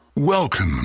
Welcome